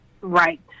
Right